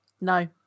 No